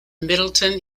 middleton